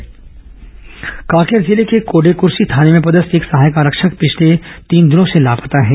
जवान लापता कांकेर जिले के कोडेक्र्सी थाने में पदस्थ एक सहायक आरक्षक पिछले तीन दिनों से लापता है